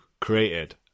created